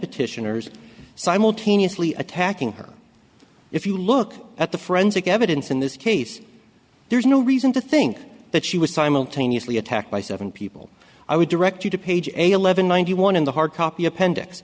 petitioners simultaneously attacking her if you look at the forensic evidence in this case there's no reason to think that she was simultaneously attacked by seven people i would direct you to page eight eleven ninety one in the hardcopy appendix